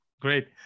Great